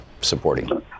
supporting